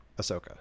Ahsoka